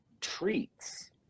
treats